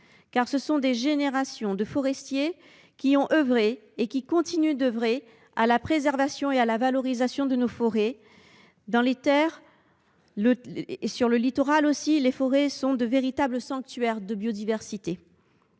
Ce sont des générations de forestiers qui ont œuvré, et qui continuent d’œuvrer, à la préservation et à la valorisation de nos forêts. Dans les terres et sur le littoral, les forêts sont de véritables sanctuaires de biodiversité.